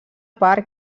part